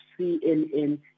CNN